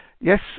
Yes